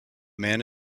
man